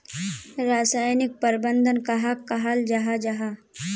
रासायनिक प्रबंधन कहाक कहाल जाहा जाहा?